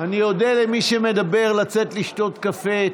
אני אודה אם מי שמדבר יצא לשתות קפה.